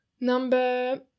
number